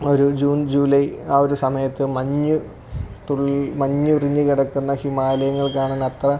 ഒരു June July ആ ഒരു സമയത്ത് മഞ്ഞ് തുൾ മഞ്ഞുരിഞ്ഞ് കിടക്കുന്ന ഹിമാലയങ്ങൾ കാണാനത്ര